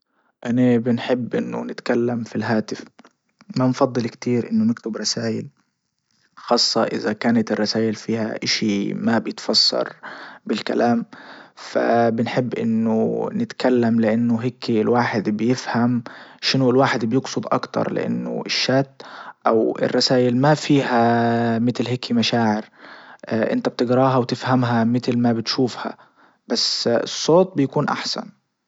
اني بنحب انه نتكلم في الهاتف ما نفضل كتير انه نكتب رسايل خاصة اذا كانت الرسايل فيها اشي ما بيتفسر بالكلام فبنحب انه نتكلم لانه هيكي الواحد بيفهم شنو الواحد بيقصد اكتر لانه الشات او الرسايل ما فيها متل هيكي مشاعر انت بتقراها وتفهمها متل ما بتشوفها بس الصوت بيكون احسن.